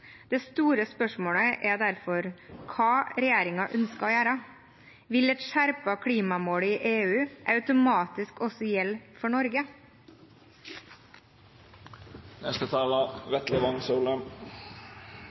Det store spørsmålet er derfor hva regjeringen ønsker å gjøre. Vil et skjerpet klimamål i EU automatisk også gjelde for Norge?